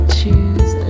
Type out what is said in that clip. choose